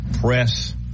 press